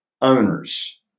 owners